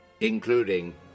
including